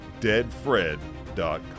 deadfred.com